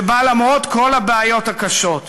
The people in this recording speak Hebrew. שבה למרות כל הבעיות הקשות,